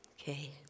Okay